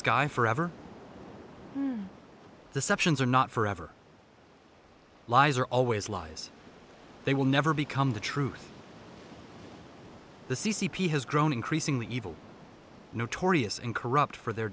sky forever the suctions are not forever lies are always lies they will never become the truth the c c p has grown increasingly evil notorious and corrupt for their